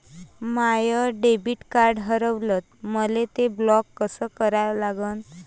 माय debit card हारवलं, मले ते ब्लॉक कस करा लागन?